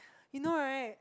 you know right